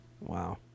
Wow